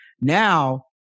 Now